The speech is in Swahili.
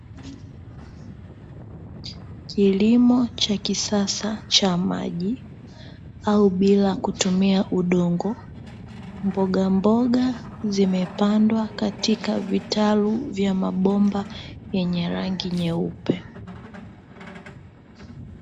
Kilimo cha kisasa cha maji, au bila kutumia udongo. Mbogamboga zimepandwa katika vitalu vya mabomba yenye rangi nyeupe.